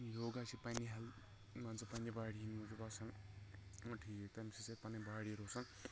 یوگا چھُ پننہِ ہٮ۪لٕتھ مان ژٕ پننہِ باڈی ہٕنٛدِ موٗجوٗب آسان اۭں ٹھیٖک تمہِ سۭتۍ چھِ اسہِ پنٕنۍ باڈی روزان